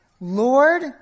Lord